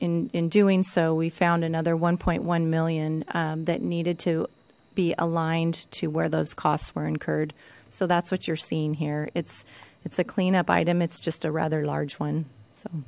and in doing so we found another one point one million that needed to be aligned to where those costs were incurred so that's what you're seeing here it's it's a cleanup item it's just a rather large one so